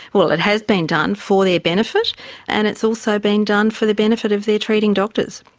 well, it has been done for their benefit and it's also been done for the benefit of their treating doctors.